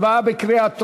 הצבעה בקריאה טרומית.